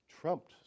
trumped